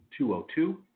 202-